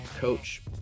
coach